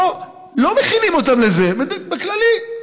פה לא מכינים אותם לזה, בכללי.